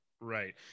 Right